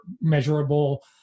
measurable